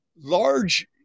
large